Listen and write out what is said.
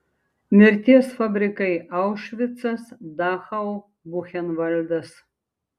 mirties fabrikai aušvicas dachau buchenvaldas